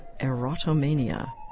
Erotomania